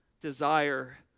desire